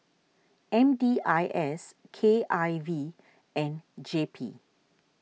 M D I S K I V and J P